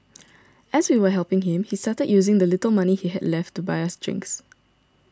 as we were helping him he started using the little money he had left to buy us drinks